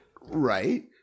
Right